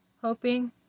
hoping